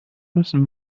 müssen